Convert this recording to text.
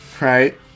right